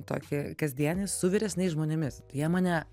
tokį kasdienį su vyresniais žmonėmis jie mane